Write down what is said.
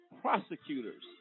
prosecutors